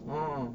orh